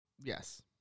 Yes